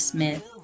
Smith